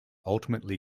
ultimately